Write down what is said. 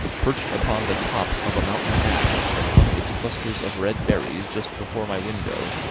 perched upon the top of a mountain-ash that hung its clusters of red berries just before my window,